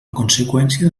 conseqüència